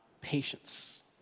patience